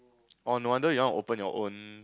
orh no wonder you want open your own